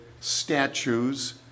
statues